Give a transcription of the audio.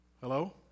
Hello